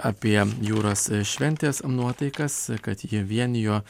apie jūros šventės nuotaikas kad ji vienijo